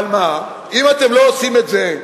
אבל מה, אם אתם לא עושים את זה,